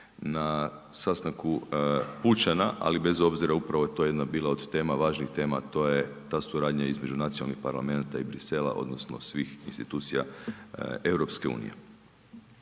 na sastanku Pučana, ali bez obzira upravo je to bila jedna od važnih tema, a to je ta suradnja između nacionalnih parlamenata i Bruxellesa odnosno svih institucija EU. U suradnji